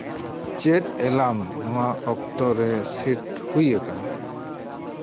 ᱪᱮᱫ ᱮᱞᱟᱢ ᱱᱳᱣᱟ ᱚᱠᱛᱚ ᱨᱮ ᱥᱮᱴ ᱦᱩᱭ ᱟᱠᱟᱱᱟ